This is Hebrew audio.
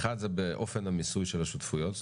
האחד זה באופן המיסוי של השותפויות,